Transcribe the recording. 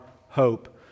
hope